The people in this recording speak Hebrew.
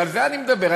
ועל זה אני מדבר,